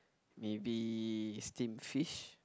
maybe steamed fish